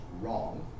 wrong